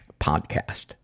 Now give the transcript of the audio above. podcast